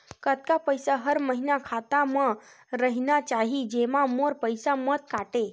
कतका पईसा हर महीना खाता मा रहिना चाही जेमा मोर पईसा मत काटे?